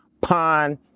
Pond